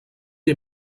est